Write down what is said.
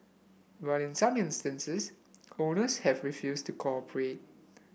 but in some instances owners have refused to cooperate